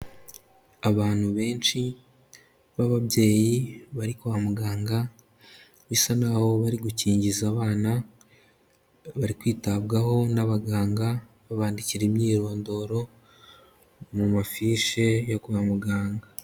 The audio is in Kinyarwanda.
Abantu benshi b'ababyeyi bari kwa muganga, bisa naho bari gukingiza abana, bari kwitabwaho n'abaganga, babandikira imyirondoro mu mafishe yo kwa muganga.